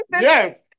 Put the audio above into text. Yes